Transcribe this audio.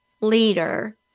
leader